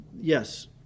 Yes